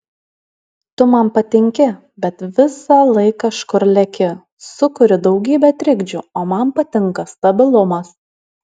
tu man patinki bet visąlaik kažkur leki sukuri daugybę trikdžių o man patinka stabilumas